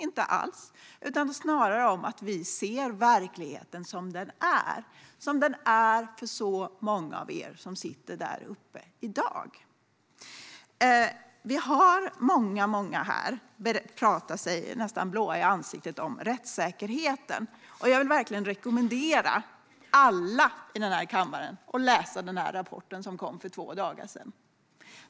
Snarare är det fråga om att vi ser verkligheten som den är för så många av er som sitter uppe på läktaren i dag. Vi hör många här prata sig nästan blåa i ansiktet om rättssäkerheten. Jag vill verkligen rekommendera alla i den här kammaren att läsa en rapport som kom för två dagar sedan.